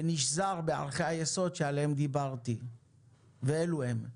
שנשזר בערכי היסוד שעליהם דיברתי ואלו הן: